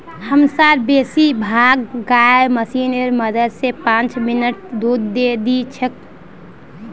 हमसार बेसी भाग गाय मशीनेर मदद स पांच मिनटत दूध दे दी छेक